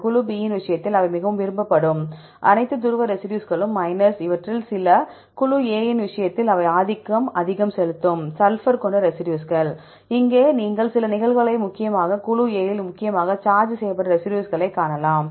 இந்த குழு B இன் விஷயத்தில் மிகவும் விரும்பப்படும் அனைத்து துருவ ரெசிடியூஸ்களும் மைனஸ் இவற்றில் சில குழு A இன் விஷயத்தில் அவை ஆதிக்கம் செலுத்தும் சல்ஃபர் கொண்ட ரெசிடியூஸ்கள் இங்கே நீங்கள் சில நிகழ்வுகளைக் முக்கியமாக குழு A இல் முக்கியமாக சார்ஜ் செய்யப்பட்ட ரெசிடியூஸ்களை காணலாம்